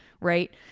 Right